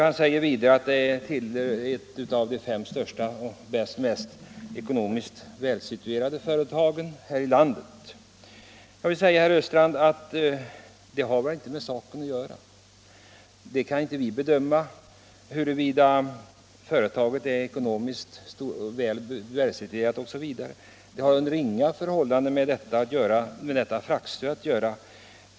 Han säger vidare att det är ett av de fem största och ekonomiskt bäst situerade företagen i landet. Det har väl inte med saken att göra, herr Östrand. Vi kan inte bedöma huruvida företaget är ekonomiskt välsituerat osv. Det har under inga förhållanden med detta fraktstöd att göra.